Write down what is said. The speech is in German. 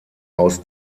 aus